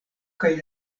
kaj